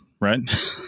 right